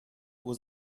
was